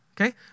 Okay